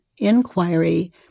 inquiry